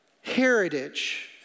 heritage